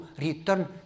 return